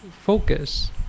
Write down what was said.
focus